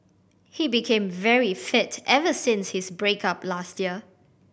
he became very fit ever since his break up last year